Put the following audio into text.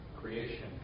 Creation